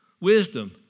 Wisdom